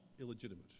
illegitimate